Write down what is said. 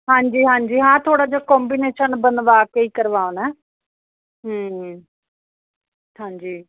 ਹਾਂਜੀ ਹਾਂਜੀ ਹਾਂ ਥੋੜਾ ਜਿਆ ਕੋਮਬੀਨੇਸ਼ਨ ਬਨਵਾ ਕੇ ਈ ਕਰਵਾਨਾ ਐ ਹੂੰ ਹਾਂਜੀ